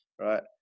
Right